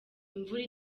imvura